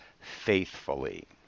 faithfully